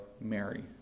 Mary